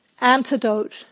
antidote